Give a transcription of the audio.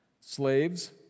Slaves